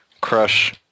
crush